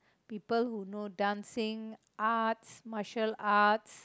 people who know dancing arts martial arts